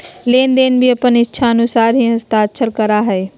लेनदार भी अपन इच्छानुसार ही हस्ताक्षर करा हइ